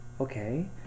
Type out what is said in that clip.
okay